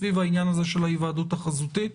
סביב העניין הזה של ההיוועדות החזותית,